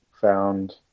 found